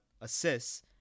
assists